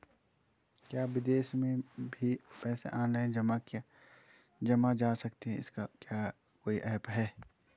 क्या विदेश में भी पैसा ऑनलाइन भेजा जा सकता है इसका क्या कोई ऐप है?